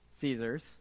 Caesar's